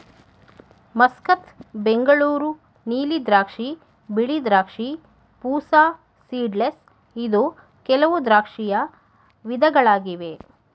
Muscat, Bengaluru ನೀಲಿ ದ್ರಾಕ್ಷಿ, ಬಿಳಿ ದ್ರಾಕ್ಷಿ, ಪೂಸಾ ಸೀಡ್ಲೆಸ್ ಇದು ಕೆಲವು ದ್ರಾಕ್ಷಿಯ ವಿಧಗಳಾಗಿವೆ